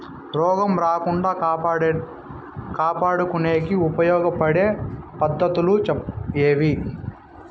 రోగం రాకుండా కాపాడుకునేకి ఉపయోగపడే పద్ధతులు ఏవి?